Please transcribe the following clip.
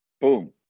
Boom